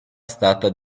stata